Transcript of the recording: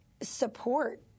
support